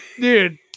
dude